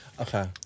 okay